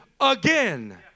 again